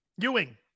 Ewing